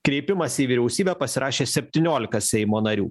kreipimąsi į vyriausybę pasirašė septyniolika seimo narių